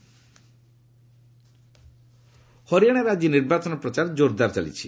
polls ହରିଆଣାରେ ଆଜି ନିର୍ବାଚନ ପ୍ରଚାର ଜୋରଦାର ଚାଲିଛି